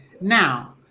Now